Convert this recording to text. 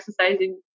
exercising